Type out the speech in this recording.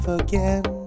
again